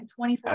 24